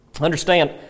Understand